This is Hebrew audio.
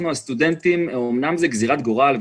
זו אומנם גזירת גורל,